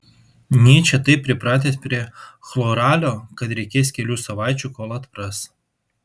nyčė taip pripratęs prie chloralio kad reikės kelių savaičių kol atpras